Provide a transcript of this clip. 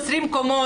20 קומות,